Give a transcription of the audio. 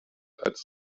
als